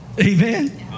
Amen